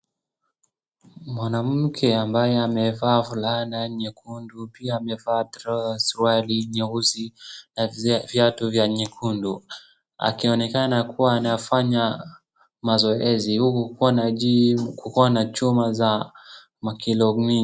Mwanamke ambaye amevaa fulani nyekundu pia amevaa trouser suruali nyeusi na viatu vya nyekundu akionekana kuwa anafanya mazoezi huku kukiwa na gym kukiwa na chuma za kilo mingi.